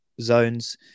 zones